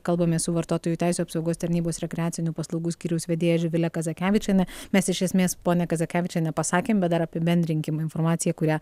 kalbamės su vartotojų teisių apsaugos tarnybos rekreacinių paslaugų skyriaus vedėja živile kazakevičiene mes iš esmės ponia kazakevičiene pasakėm bet dar apibendrinkim informaciją kurią